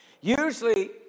Usually